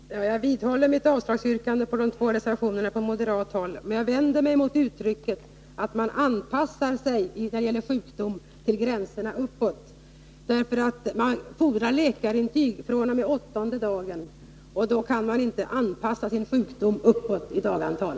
Fru talman! Jag vidhåller mitt yrkande om avslag på de två reservationerna från moderat håll och vänder mig mot uttrycket att man anpassar sig till gränserna uppåt. Det fordras läkarintyg fr.o.m. åttonde dagen. Då kan man inte ”anpassa” sin sjukdom uppåt i dagantal.